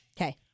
Okay